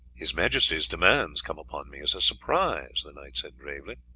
his majesty's demands come upon me as a surprise, the knight said gravely,